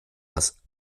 das